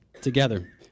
together